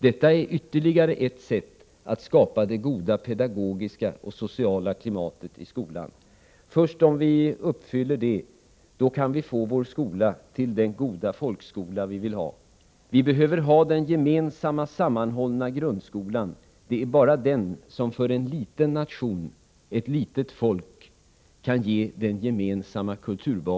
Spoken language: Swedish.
Detta är ytterligare ett sätt att skapa det goda pedagogiska och sociala klimatet i skolan. Först om vi uppfyller det kan vi få vår skola till den goda folkskola vi vill ha. Vi behöver ha den gemensamma sammanhållna grundskolan. Det är bara den som för en liten nation, ett litet folk kan ge en gemensam kulturbas.